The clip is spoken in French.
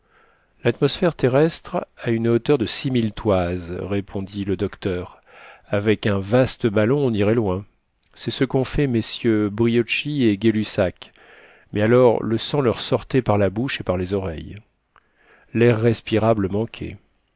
l'atmosphère terrestre a une hauteur de six mille toises répondit le docteur avec un vaste ballon on irait loin c'est ce qu'ont fait mm brioschi et gay-lussac mais alors le sang leur sortait par la bouche et par les oreilles l'air respirable manquait